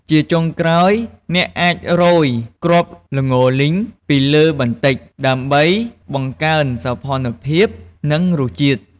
ជាចុងក្រោយ អ្នកអាចរោយគ្រាប់ល្ងលីងពីលើបន្តិច ដើម្បីបង្កើនសោភ័ណភាព និងរសជាតិ។